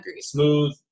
smooth